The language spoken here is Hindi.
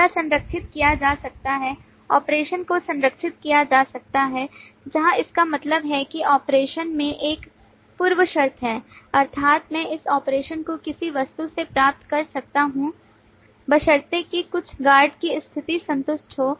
यह संरक्षित किया जा सकता है ऑपरेशन को संरक्षित किया जा सकता है जहां इसका मतलब है कि ऑपरेशन में एक पूर्व शर्त है अर्थात मैं इस ऑपरेशन को किसी वस्तु से प्राप्त कर सकता हूं बशर्ते कि कुछ गार्ड की स्थिति संतुष्ट हो